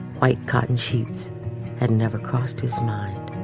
white cotton sheets had never crossed his mind